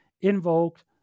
invoked